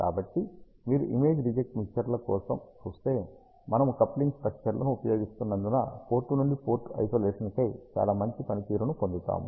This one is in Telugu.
కాబట్టి మీరు ఇమేజ్ రిజెక్ట్ మిక్సర్ల కోసం చూస్తే మనము కప్లింగ్ స్టక్చర్లను ఉపయోగిస్తున్నందున పోర్టు నుండి పోర్టు ఐసోలేషన్కై చాలా మంచి పనితీరును పొందుతాము